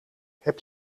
heb